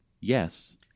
yes